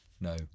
No